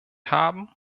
haben